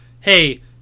hey